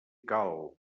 cal